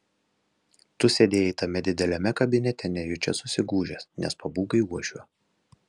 tu sėdėjai tame dideliame kabinete nejučia susigūžęs nes pabūgai uošvio